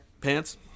pants